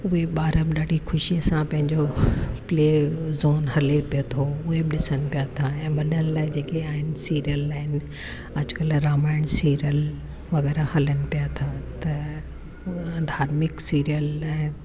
उहे ॿार बि ॾाढी ख़ुशीअ सां पंहिंजो प्ले ज़ोन हले पियो थो उहे बि ॾिसनि पिया था ऐं वॾनि लाइ जेके आहिनि सीरियल आहिनि अॼुकल्ह रामायण सीरियल वग़ैरह हलन पिया था त धार्मिक सीरियल लाइ